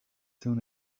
soon